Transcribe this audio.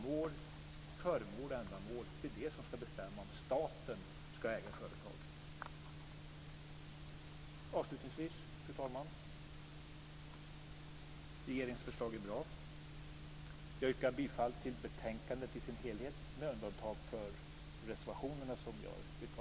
Det är föremål och ändamål som ska bestämma om staten ska äga företag. Fru talman! Avslutningsvis vill jag säga att regeringens förslag är bra. Jag yrkar bifall till hemställan i betänkandet i dess helhet och avslag på reservationerna.